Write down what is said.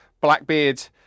blackbeard